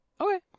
Okay